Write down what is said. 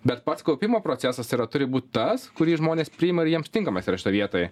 bet pats kaupimo procesas yra turi būt tas kurį žmonės priima ir jiems tinkamas yra šitoj vietoj